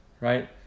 right